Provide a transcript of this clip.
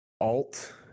alt